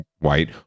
white